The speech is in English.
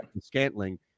Scantling